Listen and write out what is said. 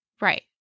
Right